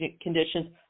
conditions